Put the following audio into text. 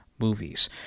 movies